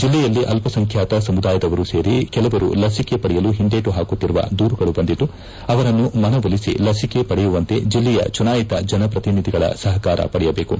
ಜೆಲ್ಲೆಯಲ್ಲಿ ಅಲ್ಪಸಂಖ್ಯಾತ ಸಮುದಾಯದವರೂ ಸೇರಿ ಕೆಲವರು ಲಸಿಕೆ ಪಡೆಯಲು ಹಿಂದೇಟು ಹಾಕುತ್ತಿರುವ ದೂರುಗಳು ಬಂದಿದ್ದು ಅವರನ್ನು ಮನವೊಲಿಸಿ ಲಸಿಕೆ ಪಡೆಯುವಂತೆ ಜಿಲ್ಲೆಯ ಚುನಾಯಿತ ಜನಪ್ರತಿನಿಧಿಗಳ ಸಹಕಾರ ಪಡೆಯಬೇಕು